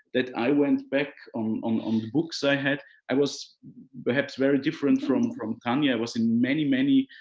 that i went back on on um the books i had. i was perhaps very different from from tania. i was in many, many